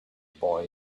boy